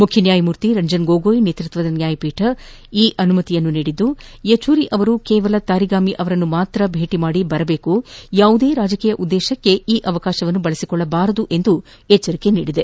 ಮುಖ್ಯನ್ಯಾಯಮೂರ್ತಿ ರಂಜನ್ ಗೊಗೊಯ್ ನೇತ್ಬತ್ವದ ನ್ಯಾಯಪೀಠ ಈ ಅನುಮತಿ ನೀಡಿದ್ದು ಯಚೂರಿ ಅವರು ಕೇವಲ ತರಿಗಾಮಿ ಅವರನ್ನು ಮಾತ್ರ ಭೇಟಿ ಮಾಡಬೇಕು ಯಾವುದೇ ರಾಜಕೀಯ ಉದ್ದೇಶಕ್ಕೆ ಈ ಅವಕಾಶವನ್ನು ಬಳಸಿಕೊಳ್ಳಬಾರದು ಎಂದು ಎಚ್ಚರಿಕೆ ನೀಡಿದೆ